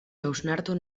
hausnatu